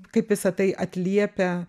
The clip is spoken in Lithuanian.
kaip visa tai atliepia